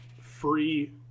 free